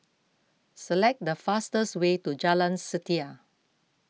select the fastest way to Jalan Setia